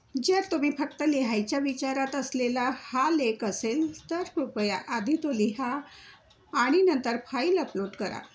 जर तुम्ही फक्त लिहायच्या विचारात असलेला हा लेख असेल तर कृपया आधी तो लिहा आणि नंतर फाईल अपलोड करा